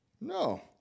No